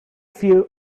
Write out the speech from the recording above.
few